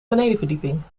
benedenverdieping